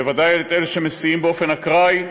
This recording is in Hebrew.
בוודאי את אלה שמסיעים באופן אקראי,